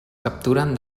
capturen